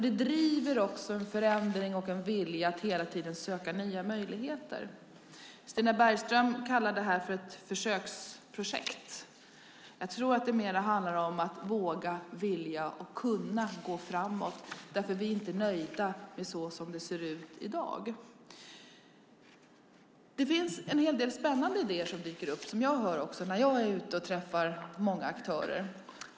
Det driver en förändring och en vilja att hela tiden söka nya möjligheter. Stina Bergström kallar detta för ett försöksprojekt. Det handlar mer om att våga, vilja och kunna. Vi är inte nöjda med såsom det ser ut i dag. Det finns en del spännande idéer som dyker upp som jag hör när jag är ute och träffar många aktörer.